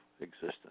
existence